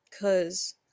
cause